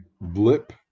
blip